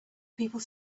people